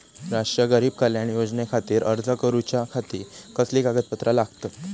राष्ट्रीय गरीब कल्याण योजनेखातीर अर्ज करूच्या खाती कसली कागदपत्रा लागतत?